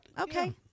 Okay